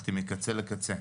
הלכתי מקצה לקצה,